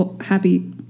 happy